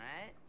right